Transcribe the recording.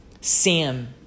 Sam